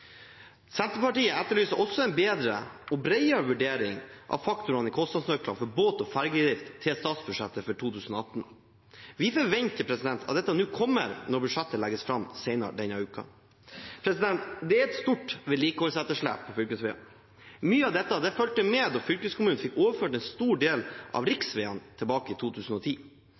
Senterpartiet etterlyste også en bedre og bredere vurdering av faktorene i kostnadsnøklene for båt- og ferjedrift i statsbudsjettet for 2018. Vi forventer at dette kommer når budsjettet legges fram senere denne uken. Det er et stort vedlikeholdsetterslep på fylkesveiene. Mye av dette fulgte med da fylkeskommunene fikk overført en stor del av riksveiene i 2010.